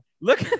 Look